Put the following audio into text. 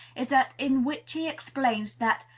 is that in which he explains that,